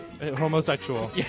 Homosexual